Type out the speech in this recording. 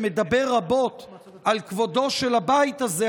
שמדבר רבות על כבודו של הבית הזה,